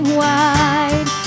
wide